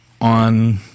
on